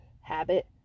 habit